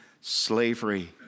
slavery